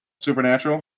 Supernatural